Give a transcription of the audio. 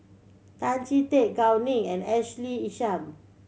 Tan Chee Teck Gao Ning and Ashley Isham